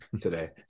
today